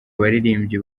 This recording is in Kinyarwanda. baririmbyi